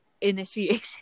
initiation